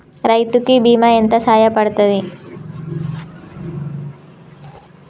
రైతు కి బీమా ఎంత సాయపడ్తది?